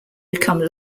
become